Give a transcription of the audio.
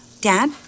Dad